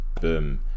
boom